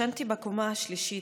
ישנתי בקומה השלישית.